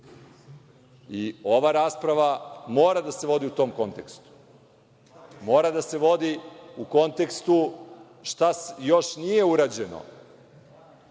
rasprava mora da se vodi u tom kontekstu. Mora da se vodi u kontekstu šta još nije urađeno,